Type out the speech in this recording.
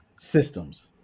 Systems